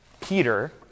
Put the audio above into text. Peter